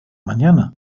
mañana